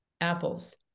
apples